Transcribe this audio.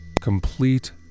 complete